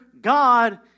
God